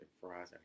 Fries